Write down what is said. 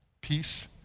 peace